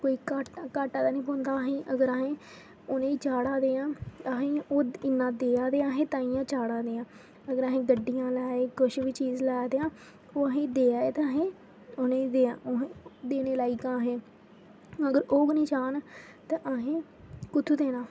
कोई घाटा घाटा ते निं पौंदा अहें ई अगर अहे्ं उ'नें ई चाढ़ा दे आं अहे्ं ई ओह् इ'न्ना देआ दे न अहें ताहियें चाढ़ा दे आं अगर असें गड्डियां लैआ दे जां कुछ बी चीज़ा लै दे आं ओह् अहे्ं ई देआ दे न ते अहें उ'नें ई देने लायक आं अगर ओह् गै निं चाह्न ते अहे्ं कु'त्थूं देना